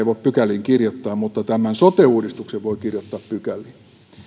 voi pykäliin kirjoittaa mutta tämän sote uudistuksen voi kirjoittaa pykäliin